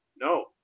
No